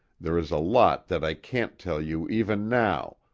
there is a lot that i can't tell you even now,